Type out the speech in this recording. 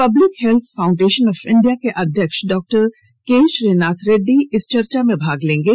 public health foundation of India के अध्यक्ष doctor K Srinath Reddy चर्चा में भाग लेंगे